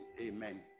Amen